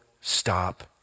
stop